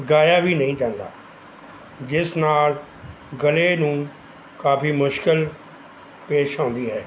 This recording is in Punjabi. ਗਾਇਆ ਵੀ ਨਹੀਂ ਜਾਂਦਾ ਜਿਸ ਨਾਲ਼ ਗਲੇ ਨੂੰ ਕਾਫ਼ੀ ਮੁਸ਼ਕਿਲ ਪੇਸ਼ ਆਉਂਦੀ ਹੈ